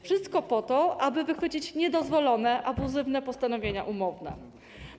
Wszystko po to, aby wychwycić niedozwolone abuzywne postanowienia umowne.